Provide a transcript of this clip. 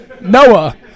Noah